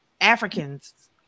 Africans